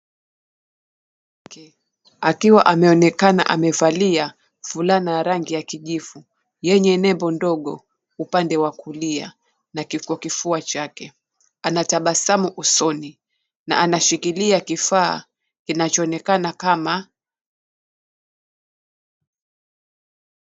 Mwanamke akiwa ameonekana amevalia fulana ya rangi kijivu yenye nembo ndogo upande wa kulia na kiko kwa kifua chake. Ana tabasamu usoni na anashikilia kifaa kinachoonekana kama.